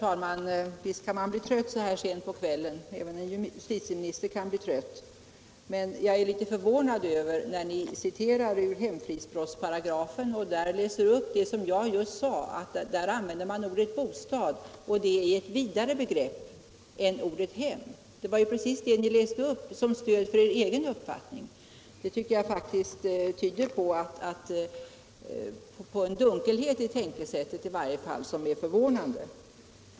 Herr talman! Visst kan även en justitieminister bli trött så här sent på kvällen, men jag är förvånad över att ni citerar ur hemfridsbrottparagrafen och då läser upp precis vad jag sade som om det vore något nytt. Där använder man ju ordet bostad, och det är ett vidare begrepp än ordet hem, säger herr Geijer, det var precis det jag har sagt så många gånger.